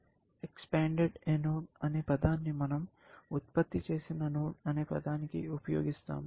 expanded a node అనే పదాన్ని మనం ఉత్పత్తి చేసిన నోడ్ అనే పదానికి ఉపయోగిస్తాము